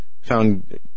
found